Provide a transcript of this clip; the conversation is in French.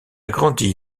grandi